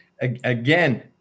again